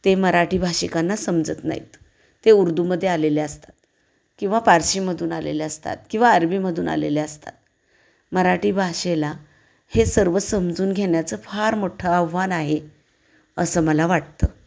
ते मराठी भाषिकांना समजत नाहीत ते उर्दूमध्ये आलेले असतात किंवा फारसीमधून आलेले असतात किंवा अरबीमधून आलेले असतात मराठी भाषेला हे सर्व समजून घेण्याचं फार मोठं आव्हान आहे असं मला वाटतं